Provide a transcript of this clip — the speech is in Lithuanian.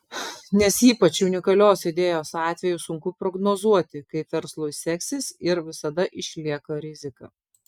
nes ypač unikalios idėjos atveju sunku prognozuoti kaip verslui seksis ir visada išlieka rizika